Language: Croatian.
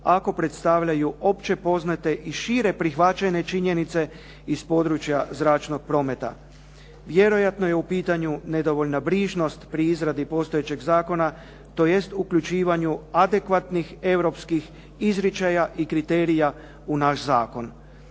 ako predstavljaju opće poznate i šire prihvaćene činjenice iz područja zračnog prometa. Vjerojatno je u pitanju nedovoljna brižnost pri izradi postojećeg zakona tj. uključivanju adekvatnih europskih izričaja i kriterija u naš zakon.